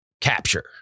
capture